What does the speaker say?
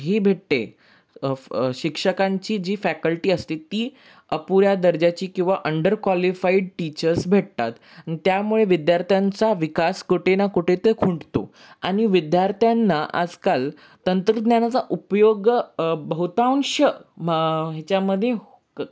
ही भेटते शिक्षकांची जी फॅकल्टी असते ती अपुऱ्या दर्जाची किंवा अंडर क्वालिफाईड टीचर्स भेटतात त्यामुळे विद्यार्थ्यांचा विकास कुठे ना कुठे ते खुंटतो आणि विद्यार्थ्यांना आजकाल तंत्रज्ञानाचा उपयोग बहुतांश म ह्याच्यामध्ये